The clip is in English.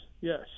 yes